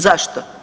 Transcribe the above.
Zašto?